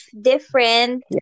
different